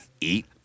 eat